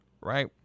right